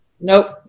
Nope